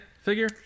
figure